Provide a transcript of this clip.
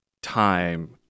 time